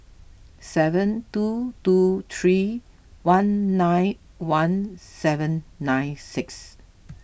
seven two two three one nine one seven nine six